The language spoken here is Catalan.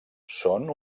són